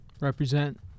represent